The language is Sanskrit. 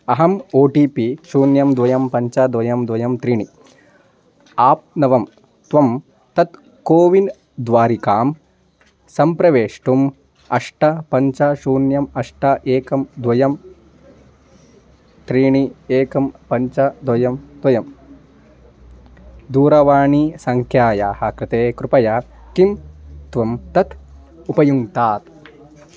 अहम् ओ टि पि शून्यं द्वे पञ्च द्वे द्वे त्रीणि आप्नवं त्वं तत् कोविन् द्वारिकां सम्प्रवेष्टुम् अष्ट पञ्च शून्यम् अष्ट एकं द्वे त्रीणि एकं पञ्च द्वे द्वे दूरवाणीसंख्यायाः कृते कृपया किं त्वं तत् उपयुङ्क्तात्